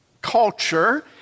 culture